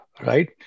right